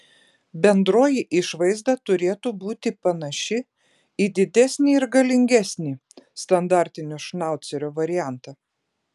bendroji išvaizda turėtų būti panaši į didesnį ir galingesnį standartinio šnaucerio variantą